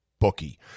bookie